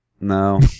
No